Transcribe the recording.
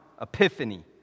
Epiphany